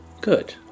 Good